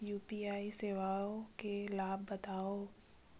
UPI सेवाएं के लाभ बतावव?